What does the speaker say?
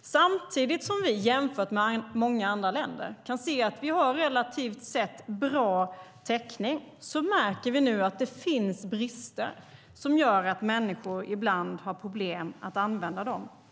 Samtidigt som vi jämfört med många andra länder kan se att vi har relativt sett bra täckning märker vi nu att det finns brister som gör att människor ibland har problem att använda dem.